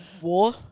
war